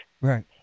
Right